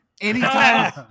Anytime